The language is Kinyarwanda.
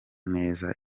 neza